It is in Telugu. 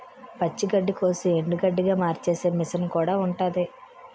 పచ్చి గడ్డికోసి ఎండుగడ్డిగా మార్చేసే మిసన్ కూడా ఉంటాది